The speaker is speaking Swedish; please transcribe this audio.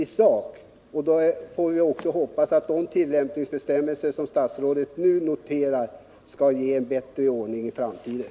Därför får vi väl också hoppas att de tillämpningsbestämmelser som statsrådet nu noterat skall ge en bättre ordning i framtiden.